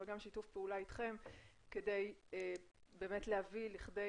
אבל גם שיתוף פעולה איתכם כדי באמת להביא לכדי